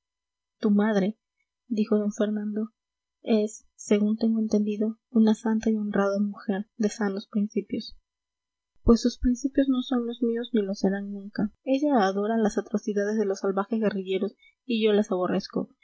tu madre dijo d fernando es según tengo entendido una santa y honrada mujer de sanos principios pues sus principios no son los míos ni lo serán nunca ella adora las atrocidades de los salvajes guerrilleros y yo las aborrezco